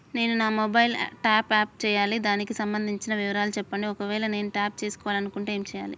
నేను నా mobile top up చేయాలి దానికి సంబంధించిన వివరాలు చెప్పండి ఒకవేళ నేను టాప్ చేసుకోవాలనుకుంటే ఏం చేయాలి?